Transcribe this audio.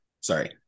Sorry